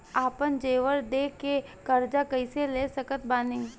आपन जेवर दे के कर्जा कइसे ले सकत बानी?